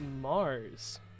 Mars